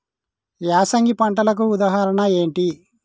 యాసంగి పంటలకు ఉదాహరణ ఏంటి?